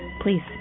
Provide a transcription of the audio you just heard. Please